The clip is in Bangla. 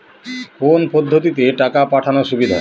কোন পদ্ধতিতে টাকা পাঠানো সুবিধা?